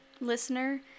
listener